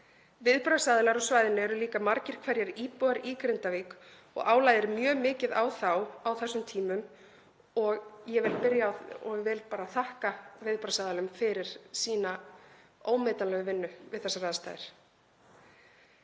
Viðbragðsaðilar á svæðinu eru líka margir hverjir íbúar í Grindavík og álagið mjög mikið á þá á þessum tímum. Ég vil bara þakka viðbragðsaðilum fyrir sína ómetanlegu vinnu við þessar aðstæður.